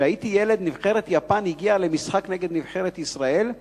כשהייתי ילד נבחרת יפן הגיעה למשחק נגד נבחרת ישראל,